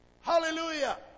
Hallelujah